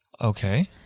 Okay